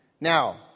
Now